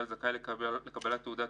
זכאי לקבל תעודת